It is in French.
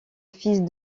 fils